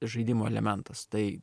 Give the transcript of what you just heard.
žaidimo elementas tai